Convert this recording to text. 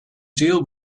deal